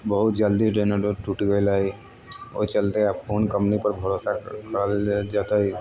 बहुत जल्दी डण्डो टुटि गेलै ओहि चलते आब कोन कम्पनीपर भरोसा करल जेतै